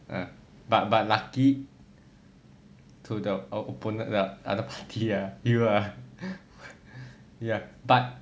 err but but lucky to the err opponent err the other party lah you lah